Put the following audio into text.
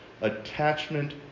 attachment